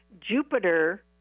Jupiter